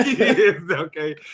okay